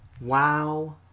Wow